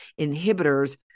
inhibitors